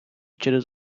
через